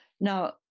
Now